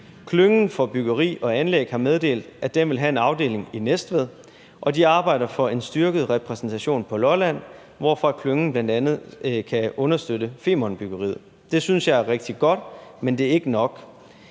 Klyngen for byggeri og anlæg har meddelt, at den vil have en afdeling i Næstved, og de arbejder for en styrket repræsentation på Lolland, hvorfra klyngen bl.a. kan understøtte Femernbyggeriet. Det synes jeg er rigtig godt, men det er ikke nok.